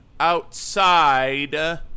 outside